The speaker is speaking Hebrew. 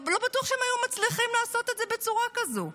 לא בטוח שהיו מצליחים לעשות את זה בצורה כזאת.